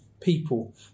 people